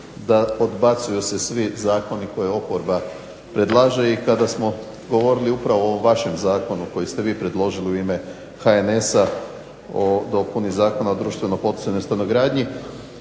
da odbacuju se svi zakoni koje oporba predlaže i kada smo govorili upravo o vašem zakonu koji ste vi predložili u ime HNS-a dopuni Zakona o društveno poticanoj stanogradnji